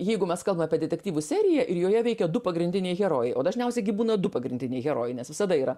jeigu mes kalbam apie detektyvų seriją ir joje veikia du pagrindiniai herojai o dažniausiai gi būna du pagrindiniai herojai nes visada yra